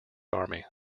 army